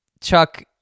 Chuck